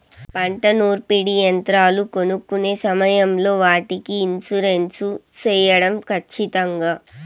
పంట నూర్పిడి యంత్రాలు కొనుక్కొనే సమయం లో వాటికి ఇన్సూరెన్సు సేయడం ఖచ్చితంగా?